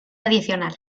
adicional